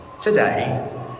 today